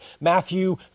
Matthew